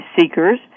seekers